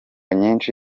nyinshi